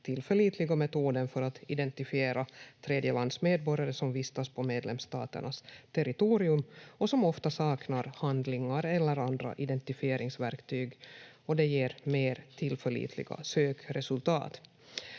tillförlitliga metoden för att identifiera tredjelandsmedborgare som vistas på medlemsstaternas territorium och som ofta saknar handlingar eller andra identifieringsverktyg, och det ger mer tillförlitliga sökresultat.